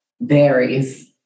varies